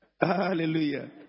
Hallelujah